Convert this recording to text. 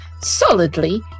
solidly